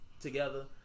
together